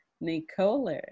Nicola